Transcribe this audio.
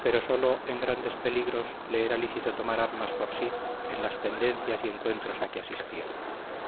pero sólo en grandes peligros le era lícito tomar armas por sí en las pendencias y encuentros a que asistía